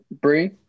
Bree